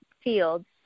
fields